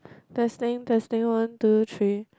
testing testing one two three